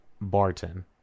Barton